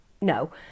no